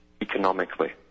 economically